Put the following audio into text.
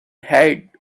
head